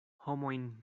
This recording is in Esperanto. homojn